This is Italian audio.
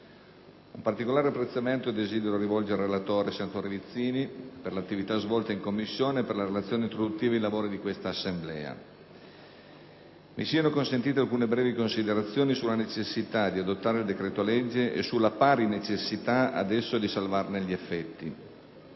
Un particolare apprezzamento desidero, poi, rivolgere al relatore, senatore Vizzini, per l'attività svolta in Commissione e per la relazione introduttiva ai lavori di questa Assemblea. Mi siano consentite alcune brevi considerazioni sulla necessità di adottare il decreto-legge e sulla pari necessità adesso di salvarne gli effetti.